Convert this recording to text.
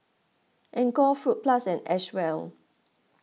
Anchor Fruit Plus and Acwell